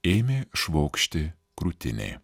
ėmė švokšti krūtinė